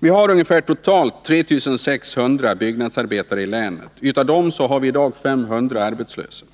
Vi har totalt ungefär 3 600 byggnadsarbetare i länet. Av dessa går i dag 500 arbetslösa.